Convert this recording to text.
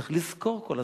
צריך לזכור כל הזמן.